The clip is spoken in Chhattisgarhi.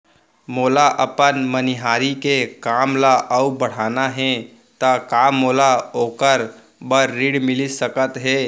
मोला अपन मनिहारी के काम ला अऊ बढ़ाना हे त का मोला ओखर बर ऋण मिलिस सकत हे?